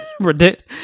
predict